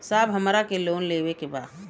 साहब हमरा के लोन लेवे के बा